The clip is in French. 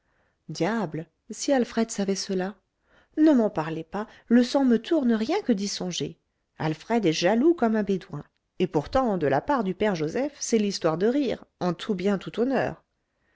diable si alfred savait cela ne m'en parlez pas le sang me tourne rien que d'y songer alfred est jaloux comme un bédouin et pourtant de la part du père joseph c'est l'histoire de rire en tout bien tout honneur